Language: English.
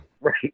Right